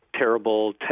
terrible